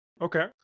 Okay